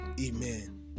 Amen